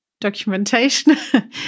documentation